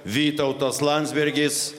vytautas landsbergis